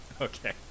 Okay